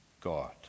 God